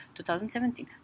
2017